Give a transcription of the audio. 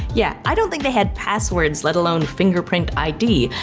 yeah, i don't think they had passwords, let alone fingerprint id,